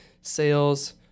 sales